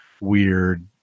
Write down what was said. weird